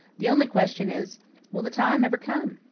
the only question is will the time ever come?